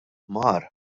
mar